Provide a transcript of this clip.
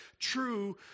true